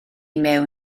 mewn